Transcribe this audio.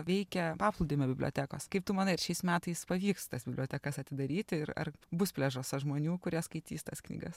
veikia paplūdimio bibliotekos kaip tu manai ar šiais metais pavyks tas bibliotekas atidaryti ir ar bus pliažuose žmonių kurie skaitys tas knygas